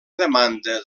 demanda